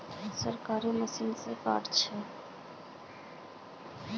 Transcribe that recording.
सरकारी मशीन से कार्ड छै?